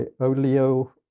Olio